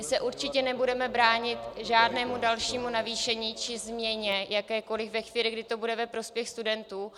My se určitě nebudeme bránit žádnému dalšímu navýšení či jakékoliv změně ve chvíli, kdy to bude ve prospěch studentů.